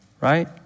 right